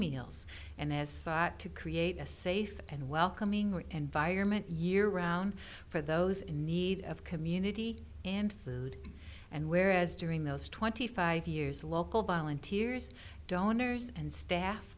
meals and as to create a safe and welcoming environment year round for those in need of community and food and whereas during those twenty five years local volunteers donors and staff